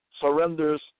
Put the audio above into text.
surrenders